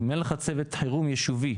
אם אין לך צוות חירום יישובי,